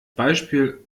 beispiel